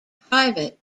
private